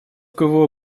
кво